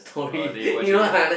oh then you watch again ah